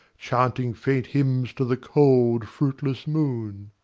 chanting faint hymns to the cold fruitless moon.